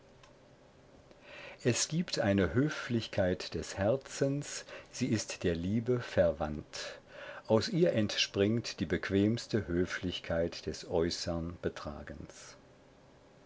es gibt eine höflichkeit des herzens sie ist der liebe verwandt aus ihr entspringt die bequemste höflichkeit des äußern betragens